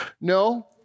No